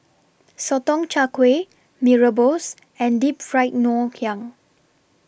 Sotong Char Kway Mee Rebus and Deep Fried Ngoh Hiang